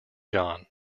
john